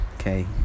okay